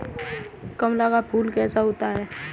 कमल का फूल कैसा होता है?